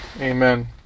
Amen